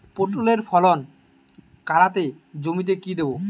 পটলের ফলন কাড়াতে জমিতে কি দেবো?